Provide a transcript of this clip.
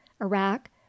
Iraq